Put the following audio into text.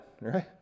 right